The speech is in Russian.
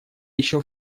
еще